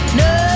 no